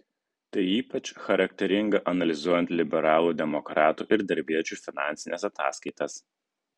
tai ypač charakteringa analizuojant liberalų demokratų ir darbiečių finansines ataskaitas